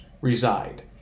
reside